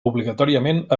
obligatòriament